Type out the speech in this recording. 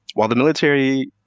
while the military,